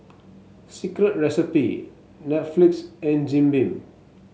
Secret Recipe Netflix and Jim Beam